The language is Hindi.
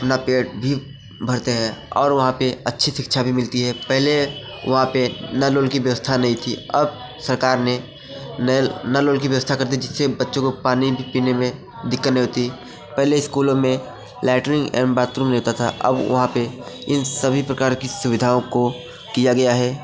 अपना पेट भी भरते हैं और वहाँ पर अच्छी शिक्षा भी मिलती है पहले वहाँ पर नल वल कि व्यवस्था नहीं थी अब सरकार ने नेल नल वल कि व्यवस्था कर दी जिससे बच्चों को पानी पीने में दिक्कत नहीं होती पहले इस्कूलों में लैट्रीन एवं बाथरूम नहीं होता था अब वहाँ पर इन सभी प्रकार की सुविधाओं को किया गया है